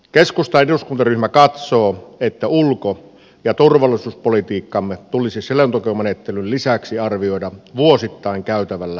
keskustan eduskuntaryhmä katsoo että ulko ja turvallisuuspolitiikkaamme tulisi selontekomenettelyn lisäksi arvioida vuosittain käytävällä eduskuntakeskustelulla